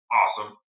awesome